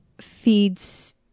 feeds